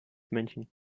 münchen